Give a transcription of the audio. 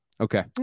okay